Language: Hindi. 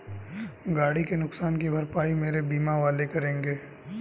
गाड़ी के नुकसान की भरपाई मेरे बीमा वाले करेंगे